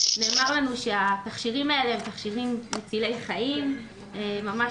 נאמר לנו שהתכשירים האלה הם תכשירים מצילי חיים ממש